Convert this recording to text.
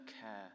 care